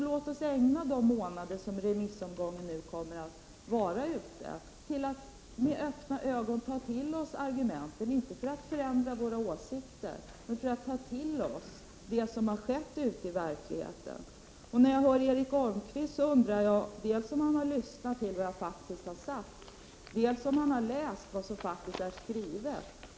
Låt oss ägna de månader som remissomgången nu kommer att ta till att med öppna ögon ta till oss argumenten, inte för att förändra våra åsikter, men för att ta till oss det som har skett ute i verkligheten. När jag hör Erik Holmkvist, undrar jag om han har lyssnat vad jag faktiskt har sagt och om han har läst vad som finns skrivet.